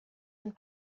and